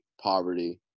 poverty